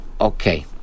okay